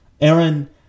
Aaron